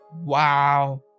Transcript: Wow